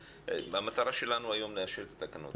והמטרה שלנו היום לאשר את התקנות,